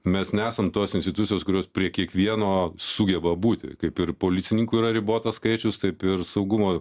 mes nesam tos institucijos kurios prie kiekvieno sugeba būti kaip ir policininkų yra ribotas skaičius taip ir saugumo